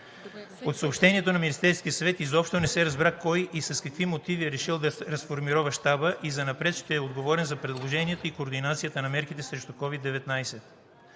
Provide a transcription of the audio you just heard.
От съобщението на Министерския съвет изобщо не се разбра кой и с какви мотиви е решил да разформирова Щаба и занапред ще е отговорен за приложението и координацията на мерките срещу COVID-19.